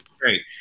Great